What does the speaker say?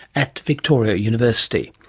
at victoria university.